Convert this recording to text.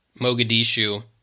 Mogadishu